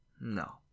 No